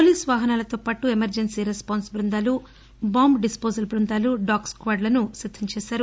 police వాహనాలతోపాటు emergency response బ్బందాలు bomb disposal బ్బందాలు డాగ్ స్కాడ్లను సిద్ధం చేశారు